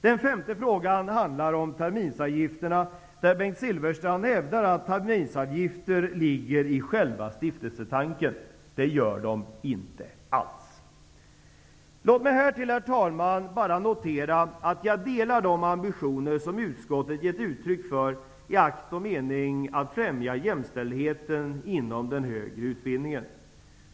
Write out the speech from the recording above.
Den femte frågan handlar om terminsavgifterna, där Bengt Silfverstrand hävdar att terminsavgifter ligger i själva stiftelsetanken. Det gör de inte alls! Låt mig härtill, herr talman, bara notera att jag delar de ambitioner utskottet gett uttryck för i akt och mening att främja jämställdheten inom den högre utbildningen.